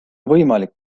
võimalik